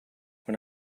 when